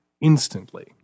instantly